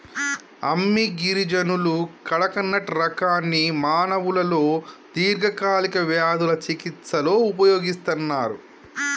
అమ్మి గిరిజనులు కడకనట్ రకాన్ని మానవులలో దీర్ఘకాలిక వ్యాధుల చికిస్తలో ఉపయోగిస్తన్నరు